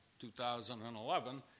2011